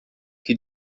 que